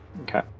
Okay